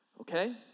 Okay